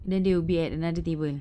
then they will be at another table